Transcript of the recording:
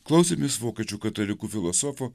klausėmės vokiečių katalikų filosofo